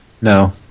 no